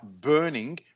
burning